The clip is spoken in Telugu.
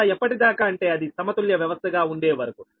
అలా ఎప్పటి దాకా అంటే అది సమతుల్య వ్యవస్థ గా ఉండే వరకు